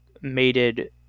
mated